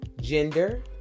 gender